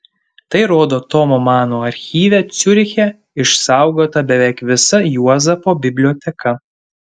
tai rodo tomo mano archyve ciuriche išsaugota beveik visa juozapo biblioteka